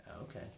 Okay